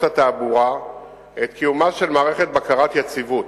התעבורה את קיומה של מערכת בקרת יציבות,